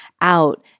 out